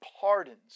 pardons